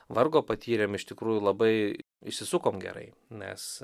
vargo patyrėm iš tikrųjų labai išsisukom gerai nes